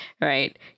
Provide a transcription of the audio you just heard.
right